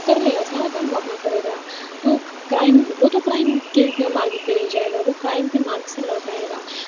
कर लेगा सारा काम वह अपना करेगा तो क्राइम वह तो क्राइम मार्ग पर ले जाएगा वह क्राइम के मार्ग से लौट आएगा